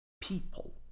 people